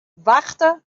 wachte